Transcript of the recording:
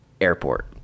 airport